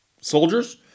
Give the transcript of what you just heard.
soldiers